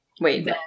Wait